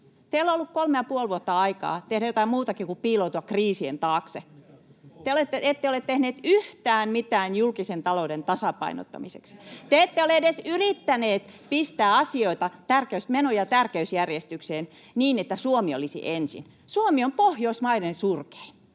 Teillä on ollut kolme ja puoli vuotta aikaa tehdä jotain muutakin kuin piiloutua kriisien taakse. Te ette ole tehneet yhtään mitään julkisen talouden tasapainottamiseksi. Te ette ole edes yrittäneet pistää asioita, tärkeysmenoja, tärkeysjärjestykseen, niin että Suomi olisi ensin. Suomi on Pohjoismaiden surkein.